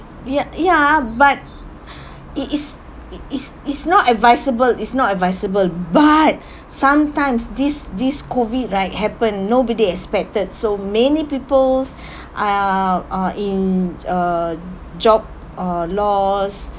it ya ya but it is it is is not advisable it's not advisable but sometimes this this COVID right happen nobody expected so many people uh are in a job uh loss